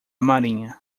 marinha